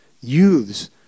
Youths